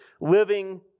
living